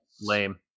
Lame